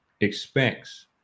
expects